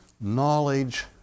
Knowledge